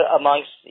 amongst